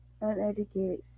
uneducated